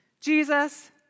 Jesus